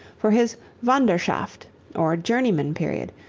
for his wanderschaft or journeyman period,